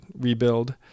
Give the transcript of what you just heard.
Rebuild